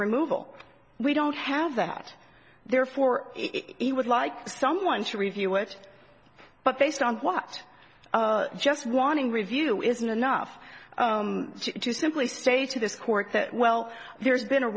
removal we don't have that therefore he would like someone to review it but based on what just wanting review isn't enough to simply state to this court that well there's been a